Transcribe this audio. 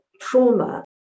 trauma